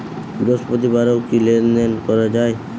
বৃহস্পতিবারেও কি লেনদেন করা যায়?